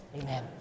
amen